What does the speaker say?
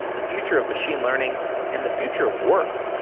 the future of machine learning and the future of work.